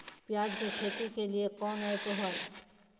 प्याज के खेती के लिए कौन ऐप हाय?